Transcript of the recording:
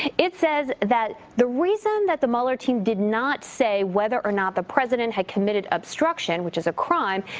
it it says that the reason that the mueller team did not say whether or not the president had committed obstruction, which is a crime,